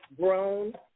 grown